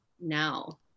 now